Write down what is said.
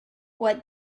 what